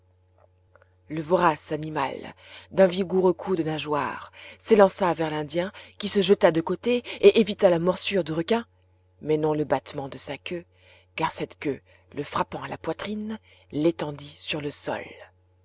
le vorace animal d'un vigoureux coup de nageoire s'élança vers l'indien qui se jeta de côté et évita la morsure du requin mais non le battement de sa queue car cette queue le frappant à la poitrine i étendit sur le sol